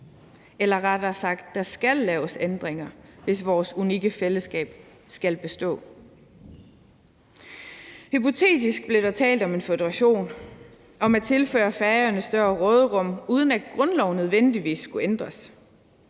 eller rettere sagt, der skal laves ændringer, hvis vores unikke fællesskab skal bestå. Hypotetisk blev der talt om en føderation, om at tilføre Færøerne større råderum, uden at grundloven nødvendigvis skulle ændres.